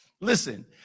Listen